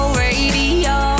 radio